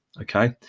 Okay